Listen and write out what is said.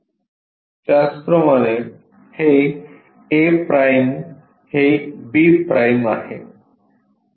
त्याचप्रमाणे हे a' हे b' आहे